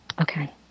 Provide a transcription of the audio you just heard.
Okay